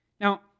Now